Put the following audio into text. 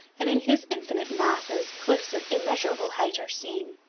and in his infinite masses cliffs of immeasurable height are seen.